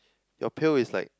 your pail is like